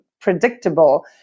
predictable